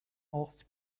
off